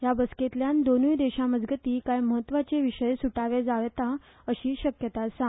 ह्या बसकेतल्यान दोनुय देशा मजगती काय म्हत्वाचे विषय सुटावे जाव येता अशी शक्यता आसा